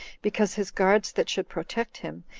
because his guards that should protect him,